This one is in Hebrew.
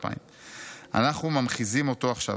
2000). אנחנו ממחיזים אותו עכשיו.